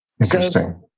Interesting